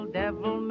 devil